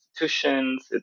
institutions